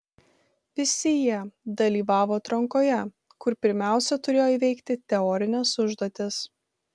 visi jie dalyvavo atrankoje kur pirmiausia turėjo įveikti teorines užduotis